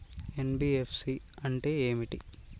NBFC అంటే ఏమిటి?